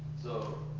so